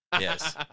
yes